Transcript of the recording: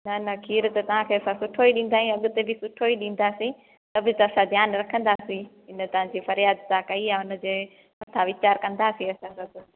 न न खीरु त तव्हांखे असां सुठो ई ॾींदा आहियूं असां अॻिते बि सुठो ई ॾींदासीं त बि असां ध्यानु रखंदासीं हिन तव्हां जे फ़र्यादु तव्हां कई आहे हुनजे मथां वीचार कंदासीं असां सभु